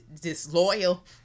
disloyal